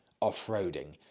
off-roading